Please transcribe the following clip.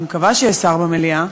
אני מקווה שיש שר במליאה,